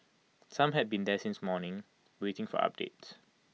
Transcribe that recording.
some had been there since morning waiting for updates